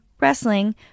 wrestling